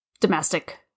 domestic